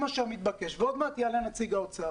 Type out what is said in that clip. עוד מעט יעלה נציג האוצר